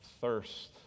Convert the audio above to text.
thirst